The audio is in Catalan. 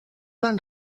van